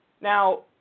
Now